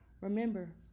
Remember